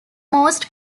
most